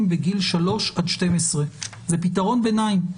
בגיל שלוש עד 12. זה פתרון ביניים,